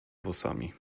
włosami